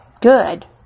good